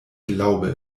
glaube